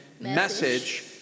message